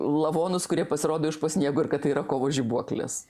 lavonus kurie pasirodo iš po sniego ir kad tai yra kovo žibuoklės